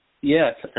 yes